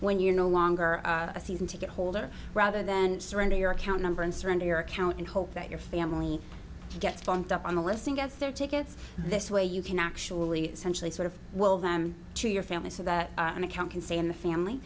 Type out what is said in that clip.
when you're no longer a season ticket holder rather then surrender your account number and surrender your account and hope that your family get funked up on the listing of their tickets this way you can actually centrally sort of well them to your family so that an account can stay in the family